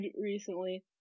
recently